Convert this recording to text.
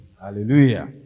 hallelujah